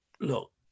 Look